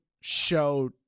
show